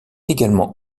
également